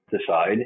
decide